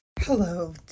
Hello